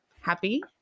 happy